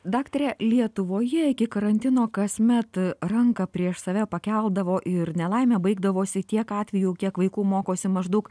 daktare lietuvoje iki karantino kasmet ranką prieš save pakeldavo ir nelaime baigdavosi tiek atvejų kiek vaikų mokosi maždaug